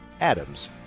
Adams